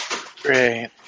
Great